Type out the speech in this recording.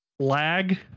lag